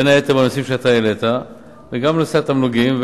בין היתר בנושאים שאתה העלית וגם בנושא התמלוגים.